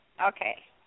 Okay